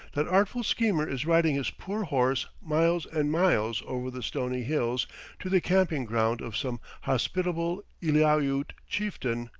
that artful schemer is riding his poor horse miles and miles over the stony hills to the camping-ground of some hospitable eliaute chieftain,